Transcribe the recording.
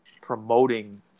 promoting